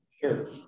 Sure